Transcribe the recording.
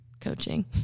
coaching